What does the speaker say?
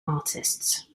artists